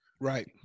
right